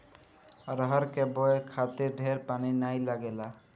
अरहर के बोए खातिर ढेर पानी नाइ लागेला